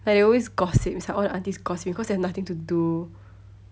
like they always gossip it's like all the aunties gossip cause they have nothing to do